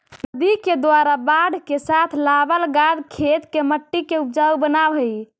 नदि के द्वारा बाढ़ के साथ लावल गाद खेत के मट्टी के ऊपजाऊ बनाबऽ हई